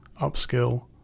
upskill